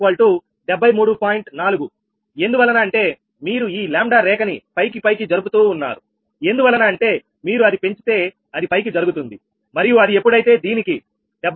4 ఎందువలన అంటే మీరు ఈ 𝜆 రేఖ ని పైకి జరుపుతూ ఉన్నారు ఎందువలన అంటే మీరు అది పెంచితే అది పైకి జరుగుతుంది మరియు అది ఎప్పుడైతే దీనికి 73